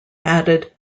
added